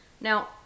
Now